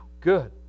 Good